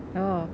oh